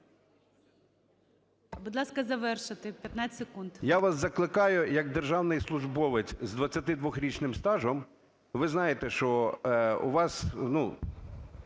Будь ласка, завершити 15 секунд. ШУРМА І.М. Я вас закликаю як державний службовець з 22-річним стажем, ви знаєте, що у вас,